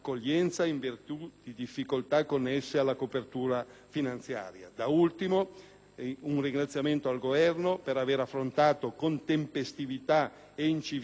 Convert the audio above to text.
un ringraziamento va al Governo per avere affrontato, con tempestività e incisività, questioni molto importanti su cui vi sono grandi aspettative.